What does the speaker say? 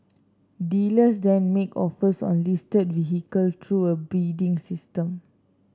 dealers then make offers on listed vehicle through a bidding system